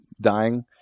dying